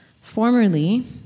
Formerly